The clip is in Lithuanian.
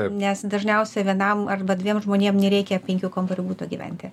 nes dažniausia vienam arba dviem žmonėm nereikia penkių kambarių buto gyventi